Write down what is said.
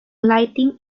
lighting